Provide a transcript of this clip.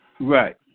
Right